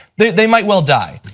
they they might well die.